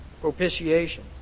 propitiation